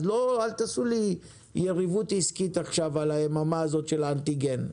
אז אל תעשו לי יריבות עסקית עכשיו על היממה הזאת של האנטיגן.